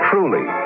Truly